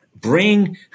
bring